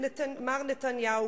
מר נתניהו,